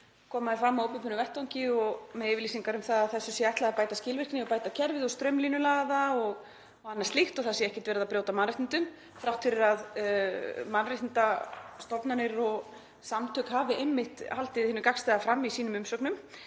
koma þeir fram á opinberum vettvangi með yfirlýsingar um að þessu sé ætlað að bæta skilvirkni og bæta kerfið, straumlínulaga það og annað slíkt og að það sé ekkert verið að brjóta á mannréttindum þrátt fyrir að mannréttindastofnanir og -samtök hafi einmitt haldið hinu gagnstæða fram í sínum umsögnum.